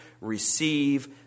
receive